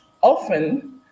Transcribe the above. often